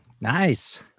Nice